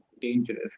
dangerous